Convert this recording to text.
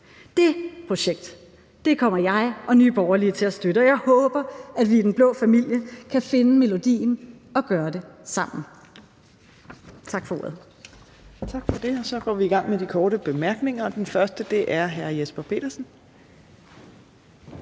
Det projekt kommer jeg og Nye Borgerlige til at støtte, og jeg håber, at vi i den blå familie kan finde melodien og gøre det sammen. Tak for ordet. Kl. 16:56 Fjerde næstformand (Trine Torp): Tak for det. Så går vi i gang med de korte bemærkninger, og først er det hr. Jesper Petersen.